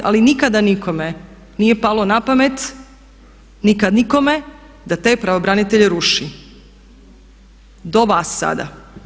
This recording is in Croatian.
Ali nikada nikome nije palo na pamet, nikad nikome da te pravobranitelje ruši, do vas sada.